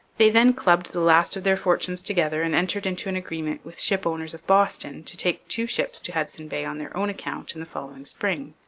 they then clubbed the last of their fortunes together and entered into an agreement with shipowners of boston to take two ships to hudson bay on their own account in the following spring.